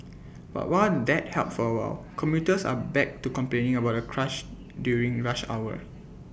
but while that helped for A while commuters are back to complaining about the crush during rush hour